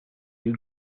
you